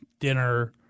dinner